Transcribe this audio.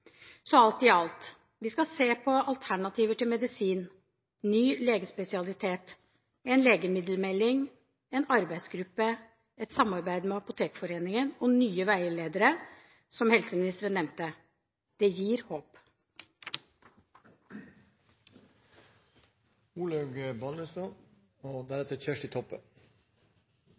Så alt i alt: Vi skal se på alternativer til medisin, en ny legespesialitet, en legemiddelmelding, en arbeidsgruppe, et samarbeid med Apotekforeningen og nye veiledere, som helseministeren nevnte. Det gir håp.